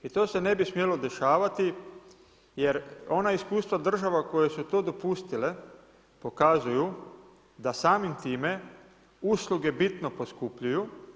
I to se ne bi smjelo dešavati, jer ona iskustva država koje su to dopustile pokazuju da samim time usluge bitno poskupljuju.